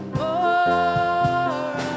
more